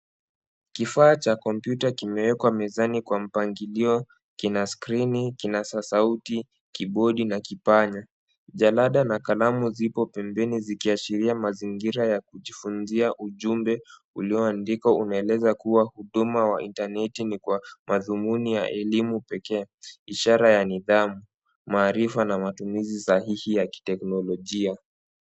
Kifaa cha kompyuta kimewekwa mezani kwa mpangilio kina skiri, kinasa sauti , kibodi na kipanya. Jalada na kalamu zipo pembeni zikiashiria mazingiria ya kujifunzia ujumbe ulioandikwa unaeleza kuwa huduma wa intaneti ni kwa madhumuni ya elimu pekee ishara ya nidhamu ,maarifa na matumizi sahihi ya kiteknolojia .